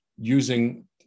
using